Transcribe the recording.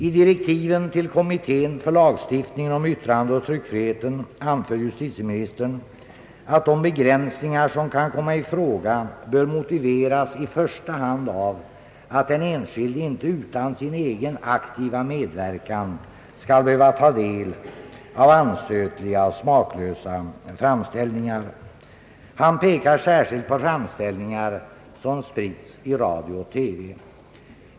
I direktiven till kommittén för lagstiftningen om yttrandeoch tryckfrihet anför justitieministern att de begränsningar som kan komma i fråga bör motiveras i första hand av att den enskilde inte utan sin egen aktiva medverkan skall behöva ta del av anstötliga och smaklösa framställningar. Han pekar särskilt på framställningar som sprids via radio och TV.